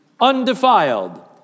undefiled